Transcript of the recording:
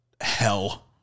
hell